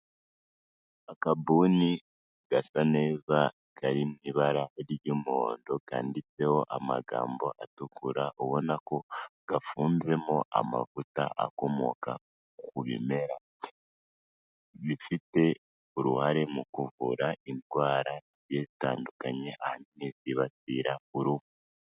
Akabuni gasa neza kari mw'ibara ry'umuhondo kanditseho amagambo atukura ubona ko gafunzemo amavuta akomoka ku bimera bifite uruhare mu kuvura indwara zitandukanye ahanini zibasira uruhu.